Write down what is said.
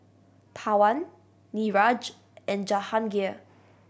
Pawan Niraj and Jahangir